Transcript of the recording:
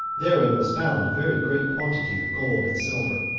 therein was found a very great quantity of gold and silver,